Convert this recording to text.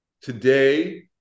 today